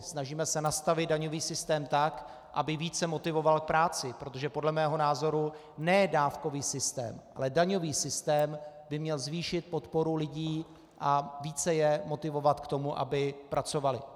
Snažíme se nastavit daňový systém tak, aby více motivoval k práci, protože podle mého názoru ne dávkový systém, ale daňový systém by měl zvýšit podporu lidí a více je motivovat k tomu, aby pracovali.